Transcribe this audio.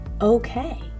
okay